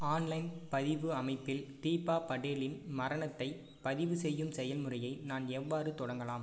online பதிவு அமைப்பில் தீபா படேலின் மரணத்தைப் பதிவு செய்யும் செயல்முறையை நான் எவ்வாறு தொடங்கலாம்